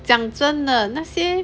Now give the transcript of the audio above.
讲真的那些